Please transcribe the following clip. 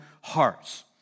hearts